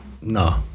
no